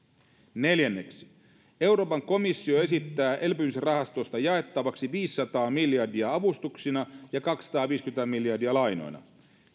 neljänneksi euroopan komissio esittää elpymisrahastosta jaettavaksi viisisataa miljardia avustuksina ja kaksisataaviisikymmentä miljardia lainoina